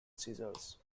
scissors